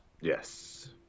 Yes